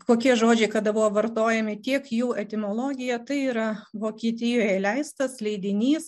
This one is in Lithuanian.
kokie žodžiai kada buvo vartojami tiek jų etimologija tai yra vokietijoje leistas leidinys